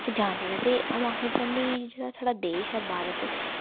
ते उत्थै जाना चाहिदा ते अऊं आखना चाह्न्नीं जेह्ड़ा साढ़ा देश ऐ भारत